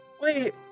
Wait